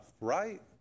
right